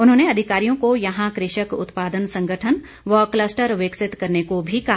उन्होंने अधिकारियों को यहां कृषक उत्पादन संगठन व कलस्टर विकसित करने को भी कहा